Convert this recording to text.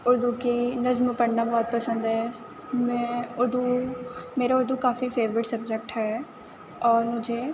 اُردو کی نظم پڑھنا بہت پسند ہے میں اُردو میرا اُردو کافی فیوریٹ سبجیکٹ ہے اور مجھے